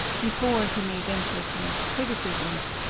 before he may venture to make criticisms,